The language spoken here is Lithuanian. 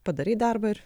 padarei darbą ir